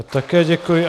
Také děkuji.